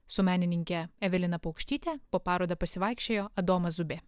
su menininke evelina paukštyte po parodą pasivaikščiojo adomas zubė